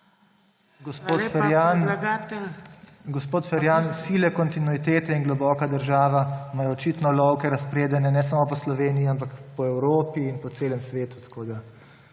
Gospod Ferjan, sile kontinuitete in globoka država imajo očitno lovke razpredene ne samo po Sloveniji, ampak po Evropi in po celem svetu,